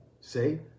say